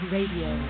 Radio